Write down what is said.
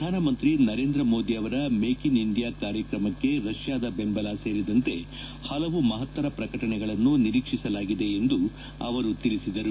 ಪ್ರಧಾನಮಂತ್ರಿ ನರೇಂದ್ರ ಮೋದಿ ಅವರ in India ಇಂಡಿಯಾ ಕಾರ್ಯಕ್ರಮಕ್ಕೆ ರಷ್ಣಾದ ಬೆಂಬಲ ಸೇರಿದಂತೆ ಪಲವು ಮಪತ್ತರ ಪ್ರಕಟಣೆಗಳನ್ನು ನಿರೀಕ್ಷಿಸಲಾಗಿದೆ ಎಂದು ಅವರು ತಿಳಿಸಿದರು